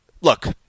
look